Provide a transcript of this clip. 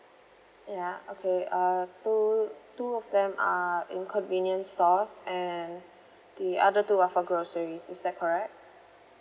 ya okay uh two two of them are in convenience stores and the other two are for groceries is that correct